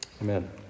Amen